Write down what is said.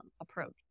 approach